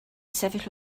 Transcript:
sefyll